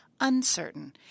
uncertain